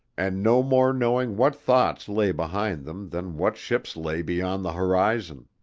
and no more knowing what thoughts lay behind them than what ships lay beyond the horizon.